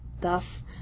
Thus